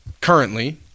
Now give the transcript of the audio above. currently